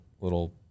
little